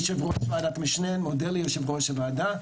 מודה ליושב ראש הוועדה.